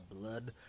blood